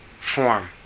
form